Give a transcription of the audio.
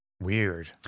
weird